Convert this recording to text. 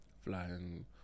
flying